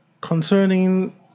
concerning